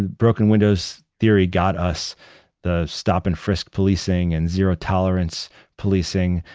broken windows theory got us the stop-and-frisk policing and zero-tolerance policing.